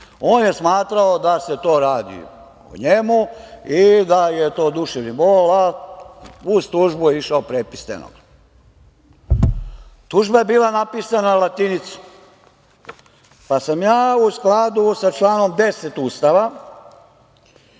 On je smatrao da se to radi o njemu i da je to duševni bol, a uz tužbu je išao prepis stenograma. Tužba je bila napisana latinicom, pa sam ja, u skladu sa članom 10. Ustava: